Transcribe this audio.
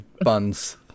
buns